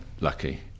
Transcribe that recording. lucky